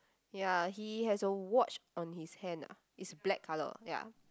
ya he has a watch on his hand ah it's black colour ya